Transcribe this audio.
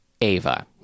Ava